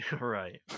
Right